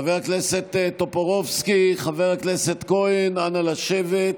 חבר הכנסת טופורובסקי, חבר הכנסת כהן, אנא לשבת.